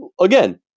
again